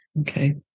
Okay